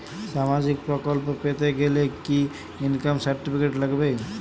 সামাজীক প্রকল্প পেতে গেলে কি ইনকাম সার্টিফিকেট লাগবে?